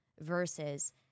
versus